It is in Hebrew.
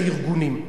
הארגונים.